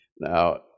Now